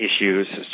Issues